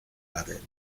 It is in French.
ardennes